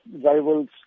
rivals